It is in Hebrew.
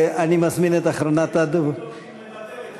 אני מזמין את אחרונת הדוברים, לבטל את היום הזה.